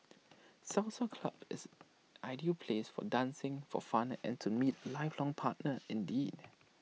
salsa club is ideal place for dancing for fun and to meet lifelong partner indeed